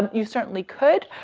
you certainly could.